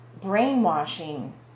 brainwashing